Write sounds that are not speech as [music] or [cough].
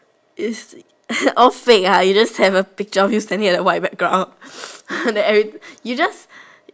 is [coughs] all fake ah you just have a picture of you standing at the white background [noise] then everything you just